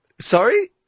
Sorry